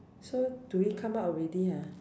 so do we come out already ah